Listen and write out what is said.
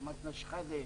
של אנטאנס שחאדה,